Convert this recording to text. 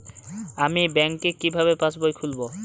আমি ব্যাঙ্ক কিভাবে পাশবই খুলব?